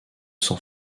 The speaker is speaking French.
san